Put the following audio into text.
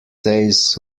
says